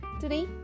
Today